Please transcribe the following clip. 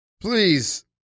please